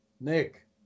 Nick